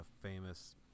famous